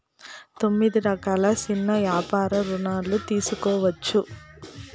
తొమ్మిది రకాల సిన్న యాపార రుణాలు తీసుకోవచ్చు